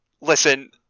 Listen